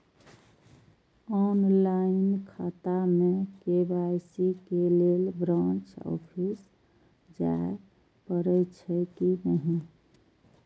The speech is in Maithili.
ऑनलाईन खाता में के.वाई.सी के लेल ब्रांच ऑफिस जाय परेछै कि नहिं?